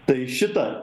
tai šita